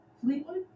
Fleetwood